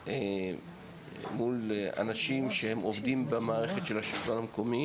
מול אנשים שעובדים במערכת של השלטון המקומי.